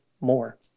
more